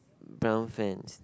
brown fence